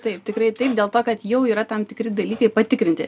taip tikrai taip dėl to kad jau yra tam tikri dalykai patikrinti